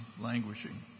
languishing